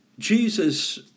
Jesus